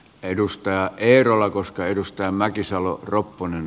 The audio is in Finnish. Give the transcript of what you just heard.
edustaja eerola koska edustaa mäkisalo eteenpäin